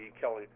Kelly